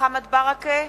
מוחמד ברכה,